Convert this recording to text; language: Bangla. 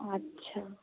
আচ্ছা